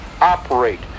operate